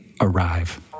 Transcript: arrive